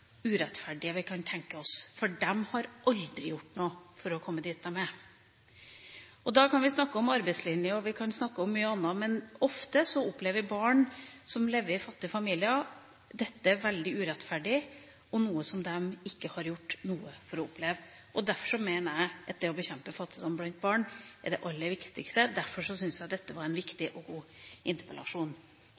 vi kan tenke oss, for de har aldri gjort noe for å komme dit de er. Da kan vi snakke om arbeidslinje, og vi kan snakke om mye annet, men ofte opplever barn som lever i fattige familier, dette som veldig urettferdig, og som noe de ikke har gjort noe for å oppleve. Derfor mener jeg at det å bekjempe fattigdom blant barn er det aller viktigste. Og derfor syns jeg dette var en viktig og god interpellasjon.